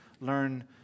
learn